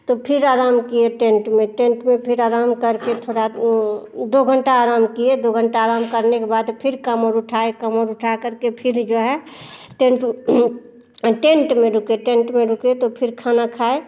तो फिर आराम किए टेंट में टेंट में फिर आराम करके थोड़ा दो घंटा आराम किए दो घंटा आराम करने के बाद फिर काँवर उठाए काँवर उठा करके फिर जो है टेंट वह टेंट में रुके टेंट में रुके तो फिर खाना खाए